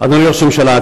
אדוני ראש הממשלה,